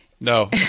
No